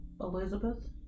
Elizabeth